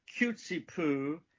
cutesy-poo